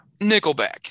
Nickelback